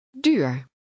Duur